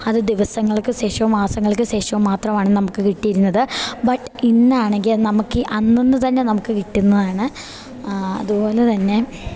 അത് ദിവസങ്ങൾക്കു ശേഷമോ മാസങ്ങൾക്കു ശേഷമോ മാത്രമാണ് നമുക്ക് കിട്ടിയിരുന്നത് ബട്ട് ഇന്നാണെങ്കിൽ അത് നമുക്ക് ഈ അന്നന്നു തന്നെ നമുക്ക് കിട്ടുന്നതാണ് അതുപോലെതന്നെ